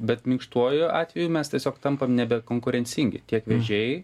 bet minkštuoju atveju mes tiesiog tampam nebekonkurencingi tiek vežėjai